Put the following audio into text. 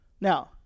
Now